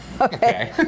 Okay